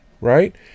right